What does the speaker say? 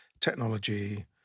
technology